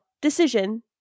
decision